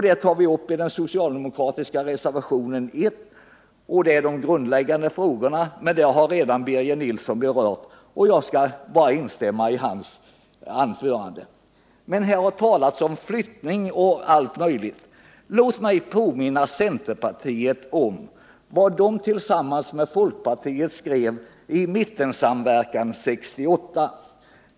Detta tar vi upp i den socialdemokratiska reservationen 1, där de grundläggande frågorna behandlas. Birger Nilsson har emellertid redan berört detta, varför jag bara kan instämma i hans anförande. Här har talats om flyttning och allt möjligt annat. Låt mig påminna centerpartiet om vad detta tillsammans med folkpartiet skrev i Mittensamverkan 68.